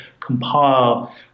compile